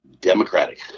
Democratic